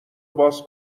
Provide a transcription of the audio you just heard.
باز